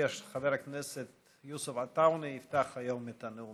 הצעת חוק לתיקון פקודת בתי הסוהר (שלילת ביקורים מאסירים ביטחוניים